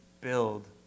build